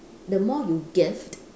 the more you give